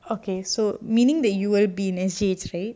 okay so meaning that you will be in S_G_H right